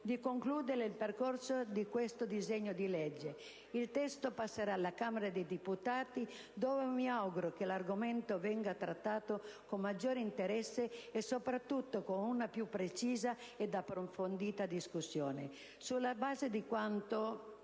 di concludere il percorso di questo disegno di legge. Il testo, una volta approvato, passerà alla Camera dei deputati, dove mi auguro che l'argomento venga trattato con maggiore interesse, e soprattutto con una più precisa ed approfondita discussione. Sulla base di quanto